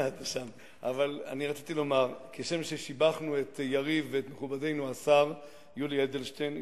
כשם ששיבחנו את יריב ואת מכובדנו השר יולי אדלשטיין,